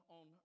on